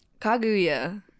Kaguya